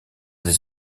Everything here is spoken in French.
des